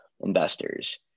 investors